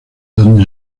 donde